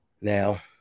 Now